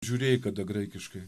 žiūrėjai kada graikiškai